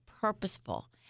purposeful